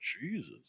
Jesus